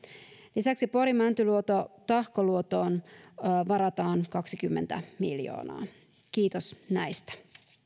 lisäksi pori mäntyluoto tahkoluotoon varataan kaksikymmentä miljoonaa kiitos näistä